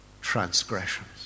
transgressions